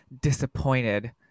Disappointed